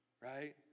right